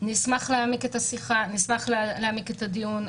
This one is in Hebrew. נשמח להעמיק את השיחה, נשמח להעמיק את הדיון.